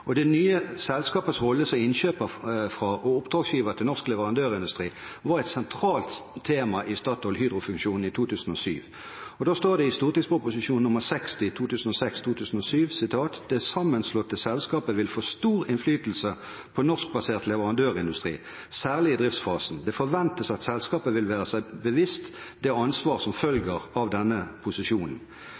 Og det nye selskapets rolle som innkjøper av og oppdragsgiver til norsk leverandørindustri var et sentralt tema i StatoilHydro-fusjonen i 2007. Det står følgende i St.prp. nr. 60 for 2006–2007: «Det sammenslåtte selskapet vil få stor innflytelse på norskbasert leverandørindustri – særlig i driftsfasen. Det forventes at selskapet vil være seg bevisst det ansvar som følger av denne posisjonen.»